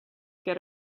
get